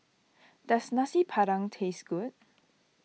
does Nasi Padang taste good